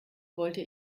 wollte